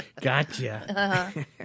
Gotcha